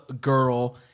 girl